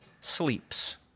sleeps